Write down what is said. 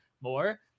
more